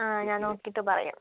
ആ ഞാൻ നോക്കിയിട്ട് പറയാം